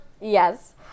Yes